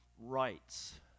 rights